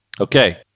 Okay